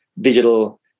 digital